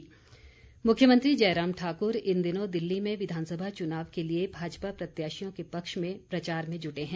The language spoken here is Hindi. मुख्यमंत्री मुख्यमंत्री जयराम ठाकुर इन दिनों दिल्ली में विधानसभा चुनाव के लिए भाजपा प्रत्याशियों के पक्ष में प्रचार में जुटे हैं